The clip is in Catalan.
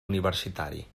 universitari